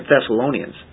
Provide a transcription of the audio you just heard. Thessalonians